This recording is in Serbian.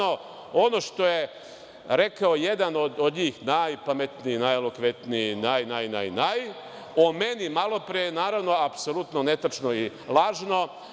Ono što je rekao jedan od njih, najpametniji, najelokventniji, naj, naj, naj, o meni malopre, je naravno apsolutno netačno i lažno.